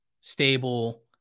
stable